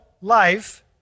life